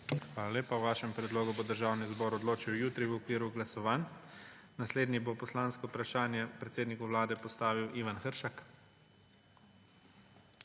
Hvala lepa. O vašem predlogu bo Državni zbor odločil jutri v okviru glasovanj. Naslednji bo poslansko vprašanje predsedniku Vlade postavil Ivan Hršak.